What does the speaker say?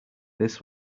this